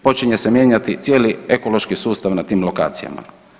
Počinje se mijenjati cijeli ekološki sustav na tim lokacijama.